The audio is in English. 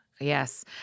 Yes